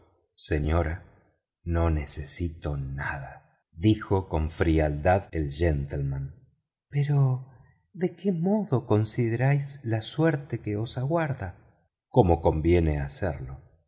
señora no necesito nada dijo con frialdad el gentleman pero de qué modo consideráis la suerte que os aguarda como conviene hacerlo